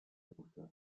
besuchte